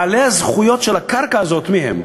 בעלי הזכויות של הקרקע הזאת, מי הם?